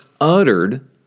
uttered